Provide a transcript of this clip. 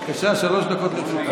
בבקשה, שלוש דקות לרשותך.